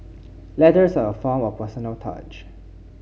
letters are a form of personal touch